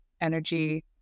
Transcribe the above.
energy